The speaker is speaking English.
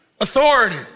authority